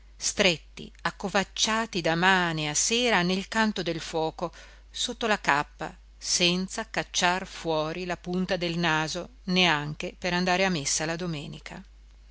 stretti accovacciati da mane a sera nel canto del foco sotto la cappa senza cacciar fuori la punta del naso neanche per andare a messa la domenica